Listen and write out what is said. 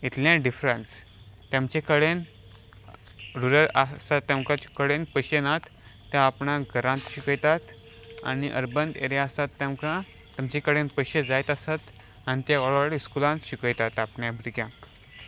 इतलें डिफरन्स तांचे कडेन रुरल आस तांचे कडेन पयशे नात ते आपणा घरांत शिकयतात आनी अर्बन एरिया आसात तांकां तांचे कडेन पयशे जायत आसात आनी ते व्हडल्या व्हडल्या स्कुलान शिकयतात आपण्या भुरग्यांक